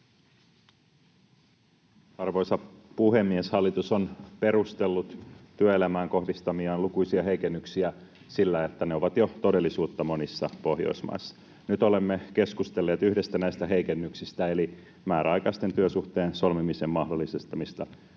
Arvoisa puhemies! Hallitus on perustellut työelämään kohdistamiaan lukuisia heikennyksiä sillä, että ne ovat jo todellisuutta monissa Pohjoismaissa. Nyt olemme keskustelleet yhdestä näistä heikennyksistä eli määräaikaisen työsuhteen solmimisen mahdollistamisesta